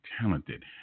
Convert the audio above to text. talented